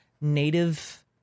native